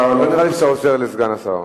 לא נראה שאתה עוזר לסגן השר.